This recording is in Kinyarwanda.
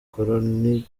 koloneli